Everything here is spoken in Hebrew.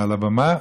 מעל הבמה,